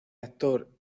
actor